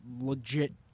legit